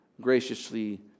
graciously